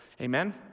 Amen